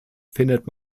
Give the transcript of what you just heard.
findet